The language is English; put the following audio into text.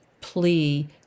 plea